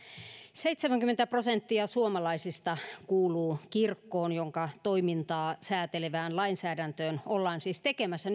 seitsemänkymmentä prosenttia suomalaisista kuuluu kirkkoon jonka toimintaa säätelevään lainsäädäntöön ollaan siis tekemässä